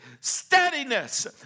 steadiness